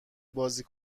بازی